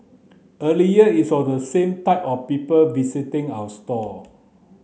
earlier it was the same type of people visiting our store